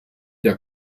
der